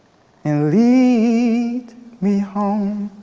and lead me home.